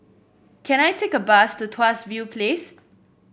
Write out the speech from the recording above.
can I take a bus to Tuas View Place